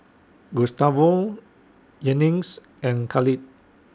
Gustavo Jennings and Khalid